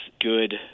good